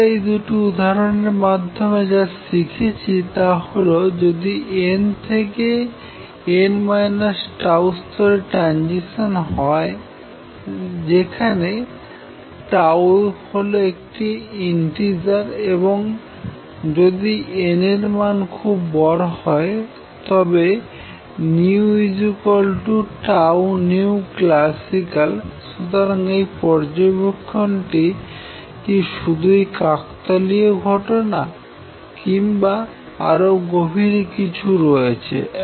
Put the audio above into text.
আমরা এই দুটি উদাহরনের মাধ্যমে যা শিখেছি তা হল যদি n স্তর থেকেn τ স্তরে ট্রানজিশন হয় যেখানে হল একটি ইন্টিজার এবং যদি n এর মান খুব বড় হয় তবে classical সুতরাং এই পর্যবেক্ষণটি কি শুধুই কাকতালীয় ঘটনা কিংবা আর গভীরে কিছু রয়েছে